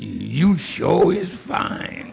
you show his fine